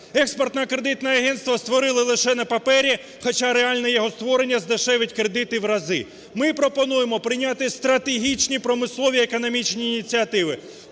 Експортно-кредитне агентство створили лише на папері, хоча реальне його створення здешевить кредити в рази. Ми пропонуємо прийняти стратегічні, промислові, економічні ініціативи: